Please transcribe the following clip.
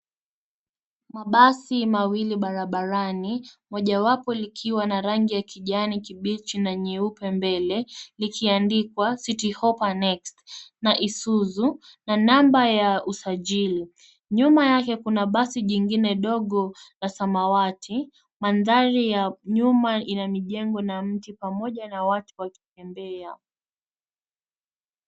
Mabasi mawili barabarani, mojawapo likiwa na rangi ya kijani kibichi na nyeupe mbele, likiandikwa City Hoppa Next na Isuzu na namba ya usajili. Nyuma yake kuna basi jingine dogo la samawati. Mandhari ya nyuma ina mijengo na mti pamoja na watu wakitembea.